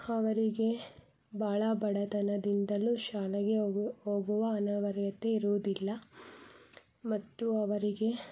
ಅವರಿಗೆ ಭಾಳ ಬಡತನದಿಂದಲೂ ಶಾಲೆಗೆ ಹೋಗು ಹೋಗುವ ಅನಿವಾರ್ಯತೆ ಇರುವುದಿಲ್ಲ ಮತ್ತು ಅವರಿಗೆ